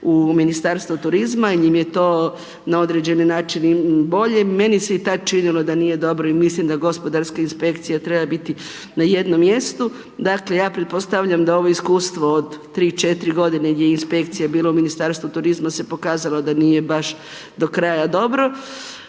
u Ministarstvo turizma jer im je to na određeni način i bolje. Meni se i tad činilo da nije dobro i mislim da gospodarska inspekcija treba biti na jednom mjestu dakle ja pretpostavljam da ovo iskustvo od 3, 4 g. gdje je inspekcija bilo u Ministarstvu turizma se pokazalo da nije baš do kraja dobro,